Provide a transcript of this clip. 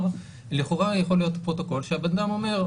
לכאורה יכול להיות פרוטוקול שהבנאדם אומר,